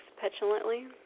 petulantly